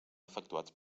efectuats